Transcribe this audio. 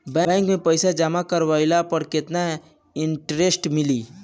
Bank में पईसा जमा करवाये पर केतना इन्टरेस्ट मिली?